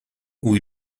with